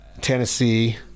Tennessee